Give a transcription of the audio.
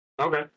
okay